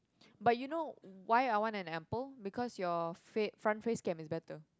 but you know why I want an apple because your face front face cam is better